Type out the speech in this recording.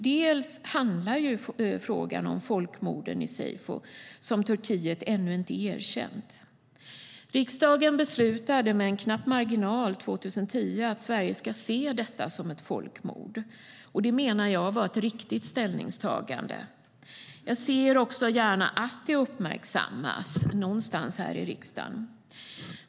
Frågan handlar om folkmordet, seyfo, som Turkiet ännu inte erkänt. Riksdagen beslutade 2010 med knapp marginal att Sverige ska se detta som ett folkmord. Det menar jag var ett riktigt ställningstagande. Jag ser också gärna att det uppmärksammas någonstans här i riksdagen.